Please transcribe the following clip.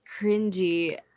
cringy